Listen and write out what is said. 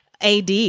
AD